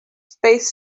space